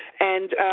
and